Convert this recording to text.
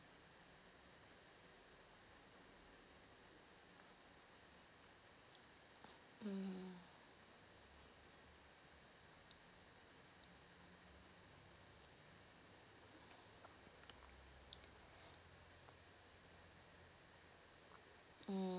mmhmm